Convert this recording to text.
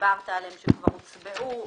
אם אתה נשאר עם הסכומים שדיברת עליהם שכבר הוצבעו,